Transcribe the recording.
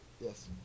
yes